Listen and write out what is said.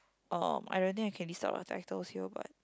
oh I don't think I can list out the titles here but